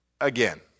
again